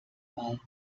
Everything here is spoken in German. mal